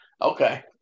Okay